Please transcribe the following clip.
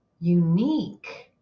unique